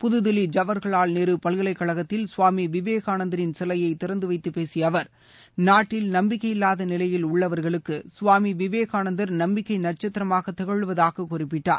புதுதில்வி ஜவஹர்லால் நேரு பல்கலைக்கழகத்தில் கவாமி விவேகானந்தரின் சிலையை திறந்து வைத்துப் பேசிய அவர் நாட்டில் நம்பிக்கையில்வாத நிலையில் உள்ளவர்களுக்கு சுவாமி விவேகானந்தர் நம்பிக்கை நட்சத்திரமாக திகழ்வதாக குறிப்பிட்டார்